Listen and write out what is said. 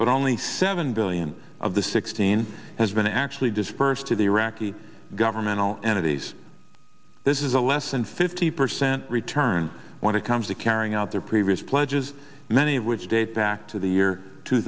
but only seven billion of the sixteen has been actually disbursed to the iraqi governmental entities this is a less than fifty percent return when it comes to carrying out their previous pledges many of which date back to the year two